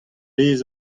bez